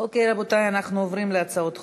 אוקיי, רבותי, אנחנו עוברים להצעות החוק.